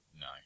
no